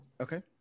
Okay